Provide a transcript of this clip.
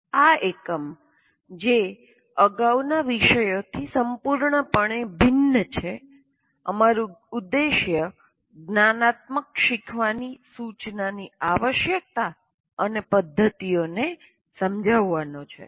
આ એકમ જે અગાઉના વિષયથી સંપૂર્ણપણે ભિન્ન છે અમારું ઉદ્દેશ્ય જ્ઞાનાત્મક શીખવાની સૂચનાની આવશ્યકતા અને પદ્ધતિઓને સમજવાનો છે